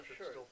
sure